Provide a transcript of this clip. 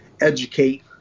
educate